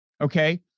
Okay